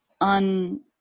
on